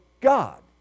God